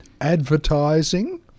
Advertising